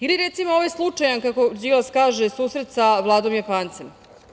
Ili recimo, ovaj slučaj kako Đilas kaže – susret sa Vladom Japancem.